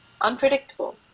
unpredictable